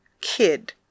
Kid